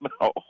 No